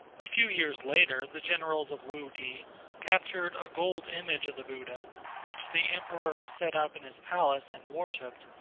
a few years later the generals of wu ti captured a gold image of the buddha which the emperor set up in his palace and worshiped,